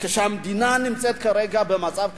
כשהמדינה נמצאת כרגע במצב כזה,